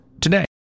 today